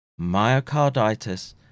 myocarditis